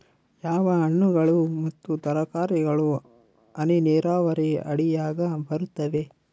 ಯಾವ ಹಣ್ಣುಗಳು ಮತ್ತು ತರಕಾರಿಗಳು ಹನಿ ನೇರಾವರಿ ಅಡಿಯಾಗ ಬರುತ್ತವೆ?